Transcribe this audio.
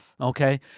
Okay